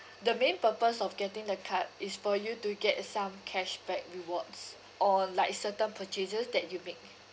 the main purpose of getting the card is for you to get some cashback rewards on like certain purchases that you make